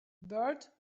bert